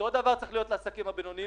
אותו דבר צריך להיות לעסקים הבינוניים